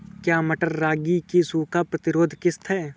क्या मटर रागी की सूखा प्रतिरोध किश्त है?